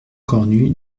cornu